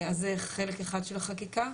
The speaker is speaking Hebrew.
זה חלק אחד של החקיקה.